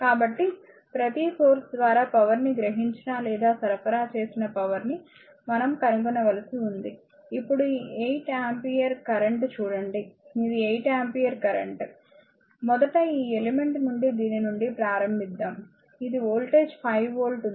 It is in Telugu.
కాబట్టి ప్రతి సోర్స్ ద్వారా పవర్ ని గ్రహించిన లేదా సరఫరా చేసిన పవర్ ని మనం కనుగొనవలసి ఉంది ఇప్పుడు ఈ 8 ఆంపియర్ కరెంట్ చూడండి ఇది 8 ఆంపియర్ కరెంట్ మొదట ఈ ఎలిమెంట్ నుండి దీని నుండి ప్రారంభిద్దాం ఇది వోల్టేజ్ 5 వోల్ట్ ఉంది